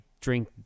drink